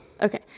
Okay